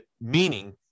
Meaning